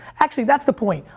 actually that's the point.